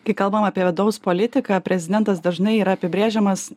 kai kalbam apie vidaus politiką prezidentas dažnai yra apibrėžiamas